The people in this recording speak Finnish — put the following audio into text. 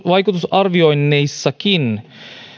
vaikutusarvioinneissakin